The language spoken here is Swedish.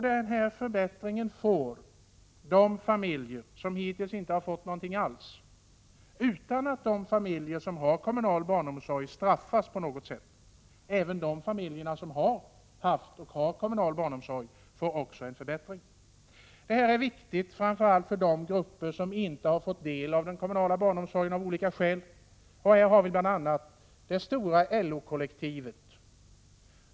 Denna förbättring får de familjer som hittills inte har fått någonting alls, och det utan att de familjer som har kommunal barnomsorg på något sätt straffas. Även de familjer som har haft och har kommunal barnomsorg får en förbättring. Det här är viktigt, framför allt för de grupper som av olika skäl i dag inte får del av den kommunala barnomsorgen. Här återfinns bl.a. det stora LO-kollektivet.